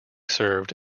served